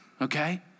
okay